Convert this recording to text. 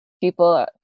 people